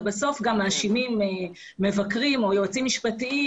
ובסוף גם מאשימים מבקרים או יועצים משפטיים,